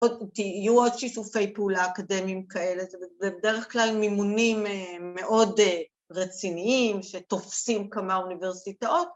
‫תהיו עוד שיתופי פעולה אקדמיים כאלה, ‫ובדרך כלל מימונים מאוד רציניים, ‫שתופסים כמה אוניברסיטאות.